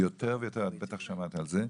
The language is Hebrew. יותר ויותר, אתה בטח שמעת על זה.